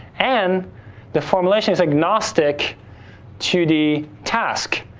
and the formulation's agnostic to the task.